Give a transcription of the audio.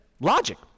logic